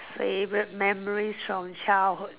favorite memories from childhood